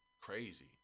Crazy